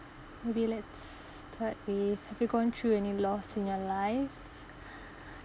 maybe let's start with have you gone through any loss in your life